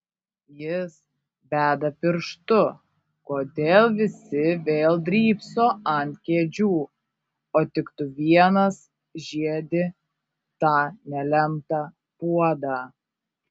jis beda pirštu kodėl visi vėl drybso ant kėdžių o tik tu vienas žiedi tą nelemtą puodą